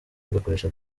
bagakoresha